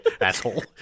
asshole